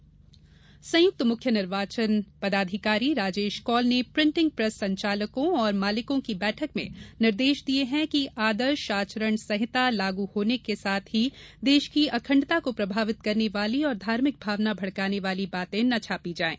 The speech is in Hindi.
निर्वाचन आयोग संयुक्त मुख्य निर्वाचन पदाधिकारी राजेश कौल ने प्रिन्टिंग प्रेस संचालकों और मालिकों की बैठक में निर्देश दिये हैं कि आदर्श आचरण संहिता लागू होने के साथ ही देश की अखण्डता को प्रभावित करने वाली और धार्मिक भावना भड़काने वाली बाते न छापी जायें